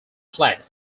flat